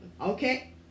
okay